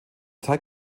teig